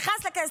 נכנס לכנסת,